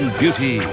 beauty